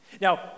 Now